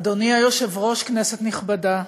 אדוני היושב-ראש, כנסת נכבדה,